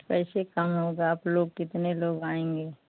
कैसे कम होगा आपलोग कितने लोग आएँगे